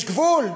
יש גבול.